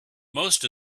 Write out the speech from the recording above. most